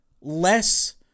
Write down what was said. less